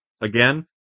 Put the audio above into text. again